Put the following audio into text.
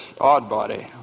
Oddbody